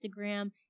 Instagram